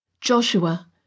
Joshua